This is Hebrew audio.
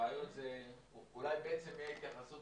מהבעיות זה אולי בעצם יהיה ההתייחסות